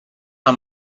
how